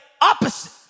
opposite